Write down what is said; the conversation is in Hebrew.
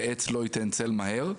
ועץ לא ייתן צל מהר,